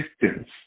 distance